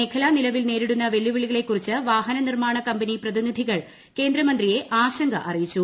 മേഖല നിലവിൽ നേരിടുന്ന വെല്ലുവിളികളെ കുറിച്ച് വാഹന നിർമ്മാണ കമ്പനി പ്രതിനിധികൾ കേന്ദ്രമന്ത്രിയെ ആശങ്ക അറിയിച്ചു